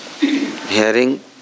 hearing